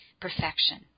perfection